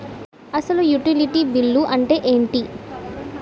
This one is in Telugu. అసలు యుటిలిటీ బిల్లు అంతే ఎంటి?